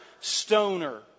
Stoner